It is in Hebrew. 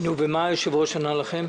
ומה ענה לכם היושב-ראש?